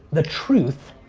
the truth,